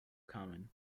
common